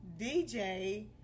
DJ